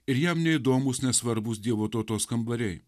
ir jam neįdomūs nesvarbūs dievo tautos kambariai